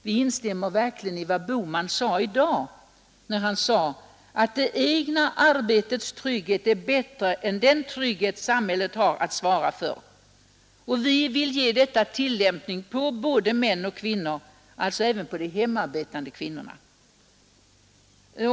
Vi instämmer verkligen i vad herr Bohman sade i dag om att det egna arbetets trygghet är bättre än den trygghet samhället har att svara för. Vi vill ge detta tillämpning på både män och kvinnor, alltså även på de hemarbetande kvinnorna.